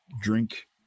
drink